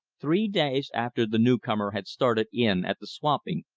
three days after the newcomer had started in at the swamping,